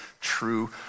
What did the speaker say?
true